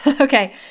Okay